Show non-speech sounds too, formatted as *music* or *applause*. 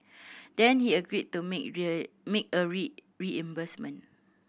then he agreed to make *unintelligible* make a *unintelligible* reimbursement